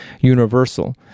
universal